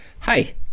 Hi